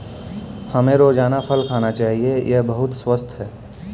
हमें रोजाना फल खाना चाहिए, यह बहुत स्वस्थ है